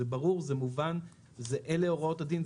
זה ברור, זה מובן, אלה הוראות הדין.